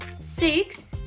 six